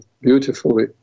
beautifully